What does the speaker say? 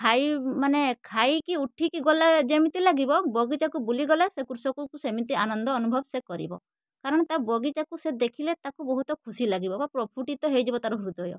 ଖାଇ ମାନେ ଖାଇକି ଉଠିକି ଗଲେ ଯେମିତି ଲାଗିବ ବଗିଚାକୁ ବୁଲି ଗଲେ ସେ କୃଷକକୁ ସେମିତି ଆନନ୍ଦ ଅନୁଭବ ସେ କରିବ କାରଣ ତା ବଗିଚାକୁ ସେ ଦେଖିଲେ ତାକୁ ବହୁତ ଖୁସି ଲାଗିବ ବା ପ୍ରଫୁଟିତ ହେଇଯିବ ତାର ହୃଦୟ